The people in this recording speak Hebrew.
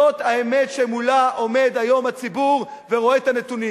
זאת האמת שמולה עומד היום הציבור ורואה את הנתונים.